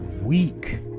weak